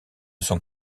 sont